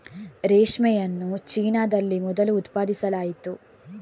ರೇಷ್ಮೆಯನ್ನು ಚೀನಾದಲ್ಲಿ ಮೊದಲು ಉತ್ಪಾದಿಸಲಾಯಿತು